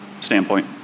standpoint